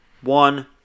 one